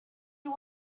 you